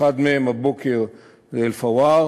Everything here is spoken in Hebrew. אחד מהם הבוקר באל-פוואר,